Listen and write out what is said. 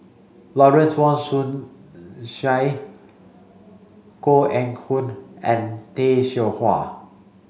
Lawrence Wong Shyun Tsai Koh Eng Hoon and Tay Seow Huah